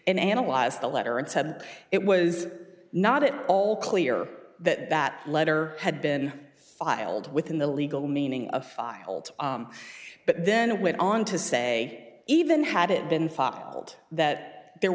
and analyze the letter and said it was not at all clear that that letter had been filed within the legal meaning of filed but then it went on to say it even had it been filed that there